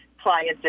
clients